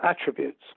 attributes